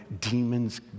demons